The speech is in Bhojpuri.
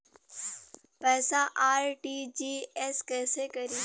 पैसा आर.टी.जी.एस कैसे करी?